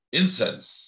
incense